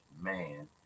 Man